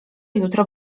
jutro